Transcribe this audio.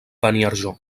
beniarjó